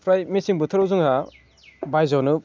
ओमफ्राय मेसें बोथोराव जोंहा बायजोआवनो